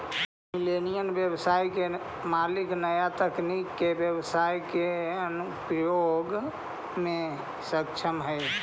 millennial व्यवसाय के मालिक नया तकनीका के व्यवसाई के अनुप्रयोग में सक्षम हई